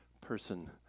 person